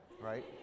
right